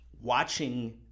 watching